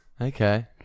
Okay